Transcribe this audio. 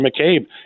McCabe